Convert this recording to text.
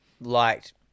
liked